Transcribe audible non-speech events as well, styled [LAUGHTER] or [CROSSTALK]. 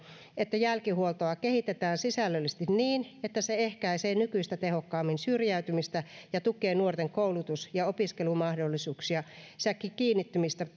että jälkihuoltoa kehitetään sisällöllisesti niin että se ehkäisee nykyistä tehokkaammin syrjäytymistä ja tukee nuorten koulutus ja opiskelumahdollisuuksia sekä kiinnittymistä [UNINTELLIGIBLE]